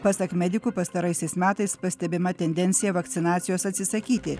pasak medikų pastaraisiais metais pastebima tendencija vakcinacijos atsisakyti